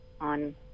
on